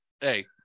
Hey